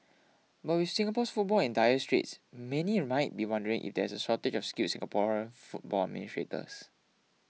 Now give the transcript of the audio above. but with Singapore's football in dire straits many might be wondering if there's a shortage of skilled Singaporean football administrators